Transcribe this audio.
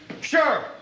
Sure